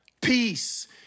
peace